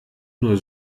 nur